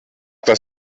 das